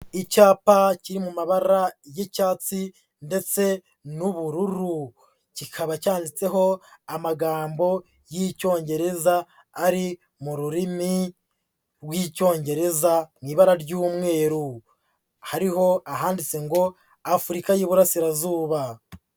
Icyapa kiri mu mabara y'icyatsi ndetse n'ubururu, kikaba cyanditseho amagambo y'Icyongereza ari mu rurimi rw'Icyongereza mu ibara ry'umweru, hariho ahanditse ngo Afurika y'Iburasirazuba.